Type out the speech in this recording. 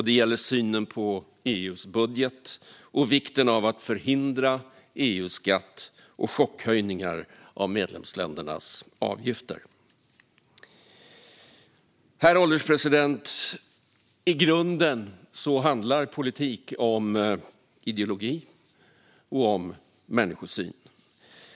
Det gäller också synen på EU:s budget och vikten av att förhindra EU-skatt och chockhöjningar av medlemsländernas avgifter. Herr ålderspresident! I grunden handlar politik om ideologi och om människosyn.